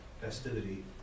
festivity